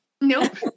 Nope